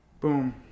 Boom